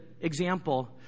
example